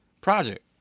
project